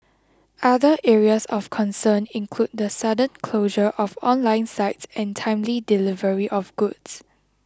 other areas of concern include the sudden closure of online sites and timely delivery of goods